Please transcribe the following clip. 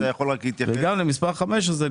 אתה יכול להתייחס למספר 15?